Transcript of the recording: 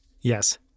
Yes